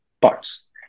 parts